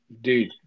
Dude